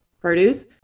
produce